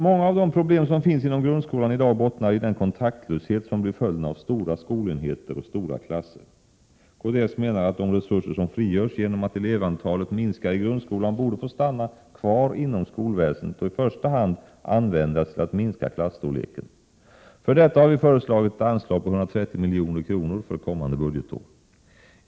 Många av de problem som finns inom grundskolan i dag bottnar i den kontaktlöshet som blir följden av stora skolenheter och stora klasser. Kds menar att de resurser som frigörs genom att elevantalet minskar i grundskolan borde få stanna kvar inom skolväsendet och i första hand användas till att minska klasstorleken. För detta har vi föreslagit ett anslag på 130 milj.kr. för kommande budgetår.